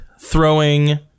throwing